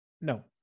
No